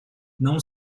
não